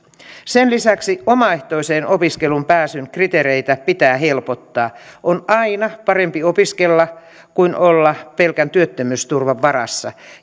sen lisäksi omaehtoiseen opiskeluun pääsyn kriteereitä pitää helpottaa on aina parempi opiskella kuin olla pelkän työttömyysturvan varassa